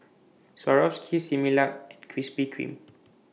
Swarovski Similac and Krispy Kreme